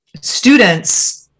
students